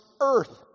earth